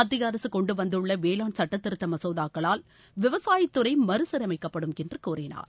மத்திய அரசு கொண்டு வந்துள்ள வேளாண் சட்டத்திருத்த மசோதாக்களால் விவசாயத்துறை மறுசீரமைக்கப்படும் என்று கூறினார்